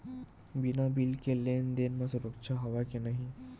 बिना बिल के लेन देन म सुरक्षा हवय के नहीं?